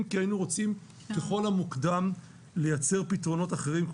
כי היינו רוצים ככל המוקדם לייצר פתרונות אחרים,